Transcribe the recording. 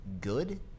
good